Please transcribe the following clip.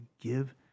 give